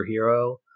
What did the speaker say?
superhero